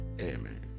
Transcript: Amen